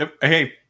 Hey